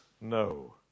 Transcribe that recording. no